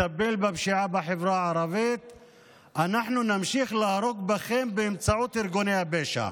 אנחנו נמשיך להרוג אתכם באמצעות ארגוני הפשע,